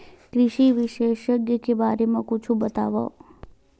कृषि विशेषज्ञ के बारे मा कुछु बतावव?